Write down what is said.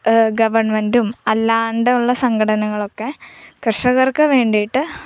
ഗവൺമെൻറ്റും അല്ലാണ്ടുള്ള സംഘടനകളൊക്കെ കർഷകർക്ക് വേണ്ടിയിട്ട്